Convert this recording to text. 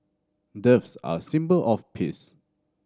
doves are a symbol of peace